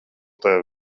tevi